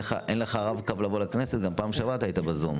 לגבי הקווים הטיפוליים זוהי עבודה שצריכה להיעשות במשרד הבריאות,